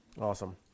Awesome